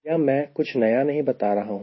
यह मैं आपको कुछ नया नहीं बता रहा हूं